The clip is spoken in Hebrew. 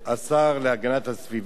התשע"ב 2012, של חבר הכנסת נסים זאב.